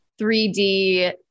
3d